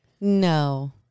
No